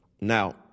Now